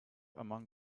among